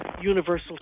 Universal